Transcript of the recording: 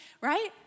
Right